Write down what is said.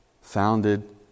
founded